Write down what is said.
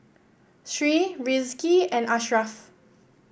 Sri Rizqi and Ashraf